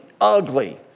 ugly